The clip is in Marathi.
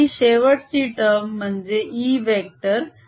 ही शेवटची टर्म म्हणजे E वेक्टर 0 आहे